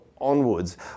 Onwards